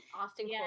Austin